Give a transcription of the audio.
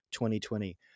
2020